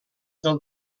del